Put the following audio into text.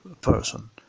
person